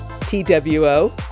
T-W-O